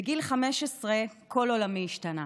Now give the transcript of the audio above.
בגיל 15 כל עולמי השתנה.